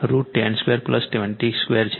તેથી √10 2 20 2 છે